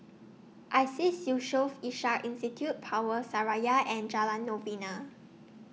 I Seas Yusof Ishak Institute Power Seraya and Jalan Novena